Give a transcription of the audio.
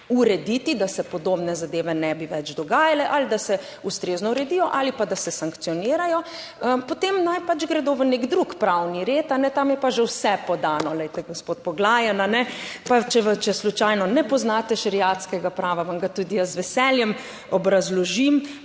urediti, da se podobne zadeve ne bi več dogajale ali da se ustrezno uredijo ali pa da se sankcionirajo, potem naj pač gredo v nek drug pravni red, tam je pa že vse podano. Glejte, gospod Poglajen, a ne. Pa če slučajno ne poznate šeriatskega prava, vam ga tudi jaz z veseljem obrazložim,